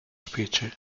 specie